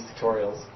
tutorials